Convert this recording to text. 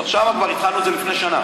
שם התחלנו את זה כבר לפני שנה.